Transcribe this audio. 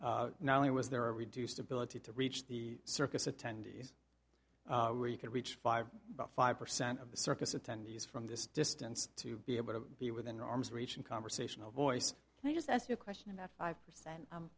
that not only was there a reduced ability to reach the circus attendees where you could reach five but five percent of the circus attendees from this distance to be able to be within arm's reach in conversational voice and i just asked you a question about five percent